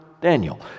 Daniel